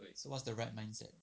so what's the right mindset